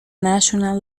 national